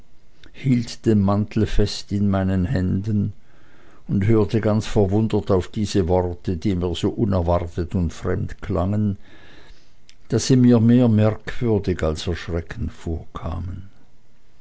hielt den mantel fest in meinen händen und hörte ganz verwundert auf diese worte die mir so unerwartet und fremd klangen daß sie mir mehr merkwürdig als erschreckend vorkamen